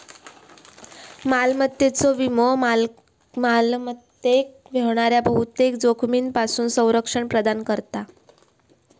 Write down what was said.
मालमत्तेचो विमो मालमत्तेक होणाऱ्या बहुतेक जोखमींपासून संरक्षण प्रदान करता